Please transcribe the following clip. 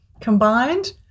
combined